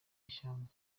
ishyanga